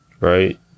Right